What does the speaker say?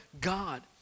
God